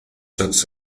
such